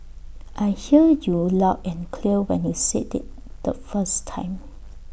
I heard you loud and clear when you said IT the first time